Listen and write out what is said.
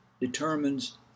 determines